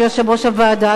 של איום דמוגרפי כנראה.